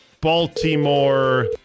Baltimore